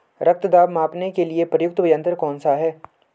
रक्त दाब मापने के लिए प्रयुक्त यंत्र कौन सा है?